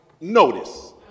notice